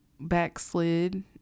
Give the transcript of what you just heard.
backslid